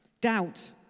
Doubt